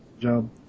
job